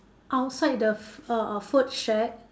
outside the f~ err food shack